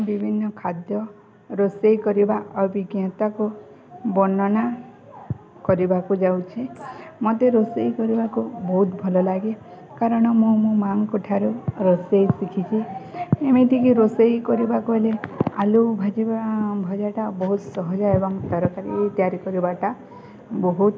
ବିଭିନ୍ନ ଖାଦ୍ୟ ରୋଷେଇ କରିବା ଅଭିଜ୍ଞତାକୁ ବର୍ଣ୍ଣନା କରିବାକୁ ଯାଉଛି ମୋତେ ରୋଷେଇ କରିବାକୁ ବହୁତ ଭଲ ଲାଗେ କାରଣ ମୁଁ ମୋ ମାଆଙ୍କଠାରୁ ରୋଷେଇ ଶିଖିଛି ଏମିତିକି ରୋଷେଇ କରିବାକୁ ହେଲେ ଆଳୁ ଭାଜି ଭଜାଟା ବହୁତ ସହଜ ଏବଂ ତରକାରୀ ତିଆରି କରିବାଟା ବହୁତ